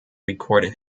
recorded